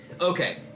Okay